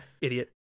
idiot